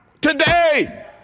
today